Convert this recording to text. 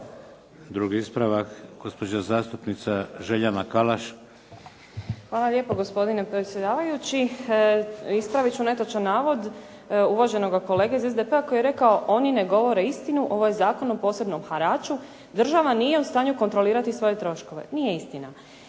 Drugi ispravak, gospođa zastupnica Željana Kalaš. **Podrug, Željana (HDZ)** Hvala lijepo gospodine predsjedavajući. Ispraviti ću netočan navod uvaženoga kolega iz SDP-a koji je rekao oni ne govore istinu, ovo je zakon o posebnom haraču. Država nije u stanju kontrolirati svoje troškove. Nije istina.